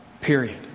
Period